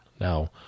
now